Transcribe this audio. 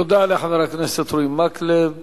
תודה לחבר הכנסת אורי מקלב.